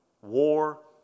War